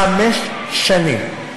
חמש שנים.